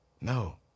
no